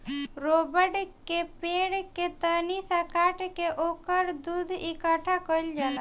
रबड़ के पेड़ के तनी सा काट के ओकर दूध इकट्ठा कइल जाला